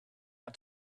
out